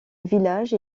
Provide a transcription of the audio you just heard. village